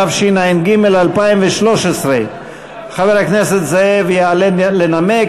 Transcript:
התשע"ג 2013. חבר הכנסת זאב יעלה לנמק.